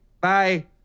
Bye